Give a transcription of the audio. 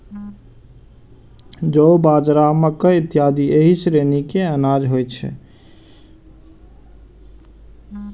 जौ, बाजरा, मकइ इत्यादि एहि श्रेणी के अनाज होइ छै